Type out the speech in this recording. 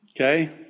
okay